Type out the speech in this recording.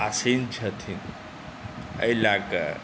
आसीन छथिन एहि लए कऽ